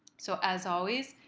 so as always,